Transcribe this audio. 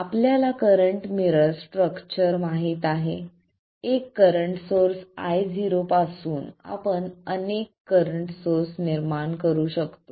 आपल्याला current mirror structure माहित आहे एक करंट सोर्स Io पासून आपण अनेक सोर्स निर्माण करू शकतो